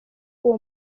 uwo